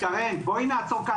שרן, בואי נעצור כאן.